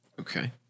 Okay